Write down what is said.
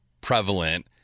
prevalent